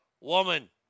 woman